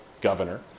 governor